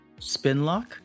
Spinlock